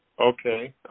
Okay